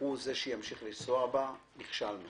הוא שימשיך לנסוע בה נכשלנו.